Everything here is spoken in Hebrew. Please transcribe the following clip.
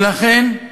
ולכן,